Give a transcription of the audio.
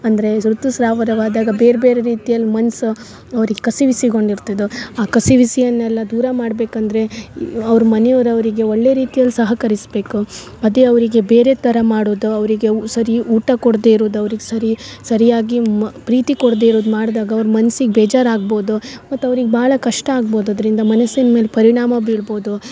ಅಂದರೆ ಋತುಸ್ರಾವರವಾದಾಗ ಬೇರೆ ಬೇರೆ ರೀತಿಯಲ್ಲಿ ಮನ್ಸು ಅವ್ರಿಗೆ ಕಸಿವಿಸಿಗೊಂಡಿರ್ತದೆ ಆ ಕಸಿವಿಸಿಯನ್ನೆಲ್ಲ ದೂರ ಮಾಡ್ಬೇಕು ಅಂದರೆ ಯೋ ಅವ್ರ ಮನಿಯವ್ರು ಅವರಿಗೆ ಒಳ್ಳೆಯ ರೀತಿಯಲ್ಲಿ ಸಹಕರಿಸ್ಬೇಕು ಅದೇ ಅವರಿಗೆ ಬೇರೆ ಥರ ಮಾಡುದ ಅವರಿಗೆ ಸರಿ ಊಟ ಕೊಡ್ದೇ ಇರುದು ಅವ್ರಿಗೆ ಸರಿ ಸರಿಯಾಗಿ ಮ ಪ್ರೀತಿ ಕೊಡ್ದೇ ಇರುದು ಮಾಡ್ದಾಗ ಅವ್ರ ಮನ್ಸಿಗೆ ಬೇಜಾರು ಆಗ್ಬೌದು ಮತ್ತು ಅವ್ರಿಗೆ ಭಾಳ ಕಷ್ಟ ಆಗ್ಬೌದು ಅದರಿಂದ ಮನಸ್ಸಿನ ಮೇಲೆ ಪರಿಣಾಮ ಬೀಳ್ಬೌದು